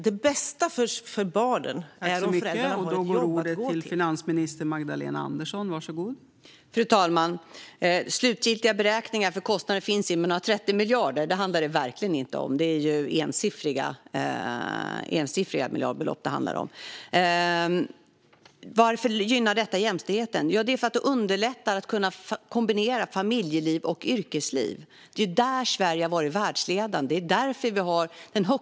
Det bästa för barnen är att föräldrarna har ett jobb att gå till.